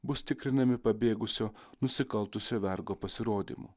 bus tikrinami pabėgusio nusikaltusio vergo pasirodymu